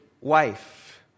wife